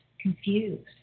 confused